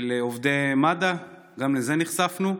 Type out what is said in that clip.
של עובדי מד"א, גם לזה נחשפנו.